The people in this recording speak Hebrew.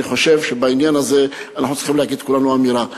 אני חושב שבעניין הזה אנחנו צריכים להגיד כולנו אמירה.